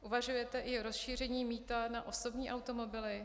Uvažujete i o rozšíření mýta na osobní automobily?